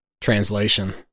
translation